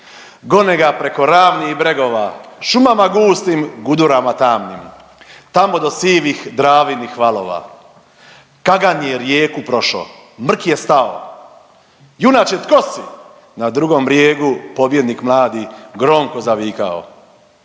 Gone ga preko ravnih bregova, šumama gustim, gudurama tamnim tamo do sivih Dravinih valova. Kagan je rijeku prošao mrk je stao. Junače tko si? Na drugom brijegu pobjednik mladi gromko zavikao.